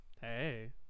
hey